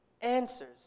answers